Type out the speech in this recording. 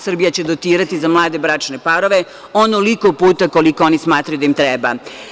Srbija će dotirati za mlade bračne parove onoliko puta koliko oni smatraju da im treba.